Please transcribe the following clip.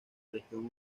región